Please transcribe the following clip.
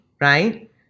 right